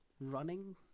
running